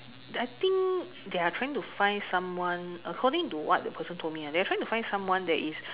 I think they are trying find someone according to what the person told me ah they are trying to find someone that is